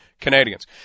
Canadians